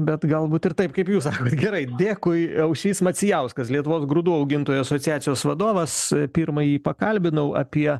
bet galbūt ir taip kaip jūs sakot gerai dėkui aušrys macijauskas lietuvos grūdų augintojų asociacijos vadovas pirmąjį pakalbinau apie